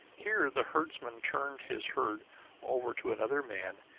here the herdsman turned his herd over to another man,